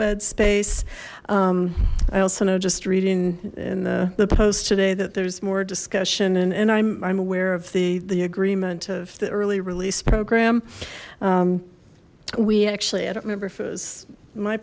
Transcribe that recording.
bed space i also know just reading in the the post today that there's more discussion and and i'm aware of the the agreement of the early release program we actually i don't remember if it was my